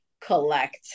collect